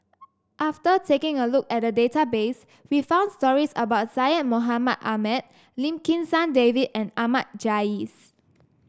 after taking a look at the database we found stories about Syed Mohamed Ahmed Lim Kim San David and Ahmad Jais